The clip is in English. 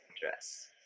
dress